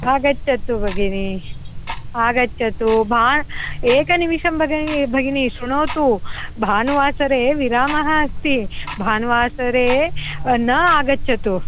आगच्छतु भगिनी आगच्छतु भा एकनिमेषं भगिनि भगिनि श्रृणोतु भानुवासरे विरामः अस्ति भानुवासरे न आगच्छतु